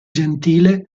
gentile